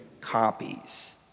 copies